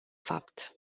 fapt